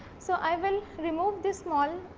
so, i will remove this small